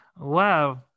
Wow